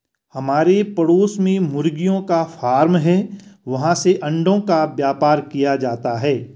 हमारे पड़ोस में मुर्गियों का फार्म है, वहाँ से अंडों का व्यापार किया जाता है